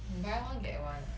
buy one get one ah